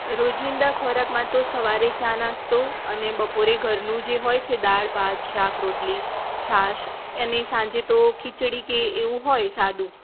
રોજીંદા ખોરાકમાં તો સવારે ચા નાસ્તો અને બપોરે ઘરનું જે હોય છે દાળ ભાત શાક રોટલી છાસ અને સાંજે તો ખીચડી કે એવું હોય સાદું